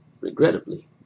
regrettably